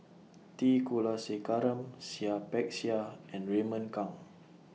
T Kulasekaram Seah Peck Seah and Raymond Kang